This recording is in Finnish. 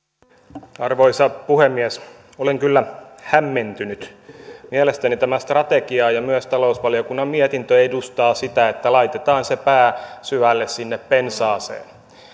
arvoisa puhemies olen kyllä hämmentynyt mielestäni tämä strategia ja myös talousvaliokunnan mietintö edustavat sitä että laitetaan se pää syvälle sinne pensaaseen